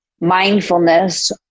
mindfulness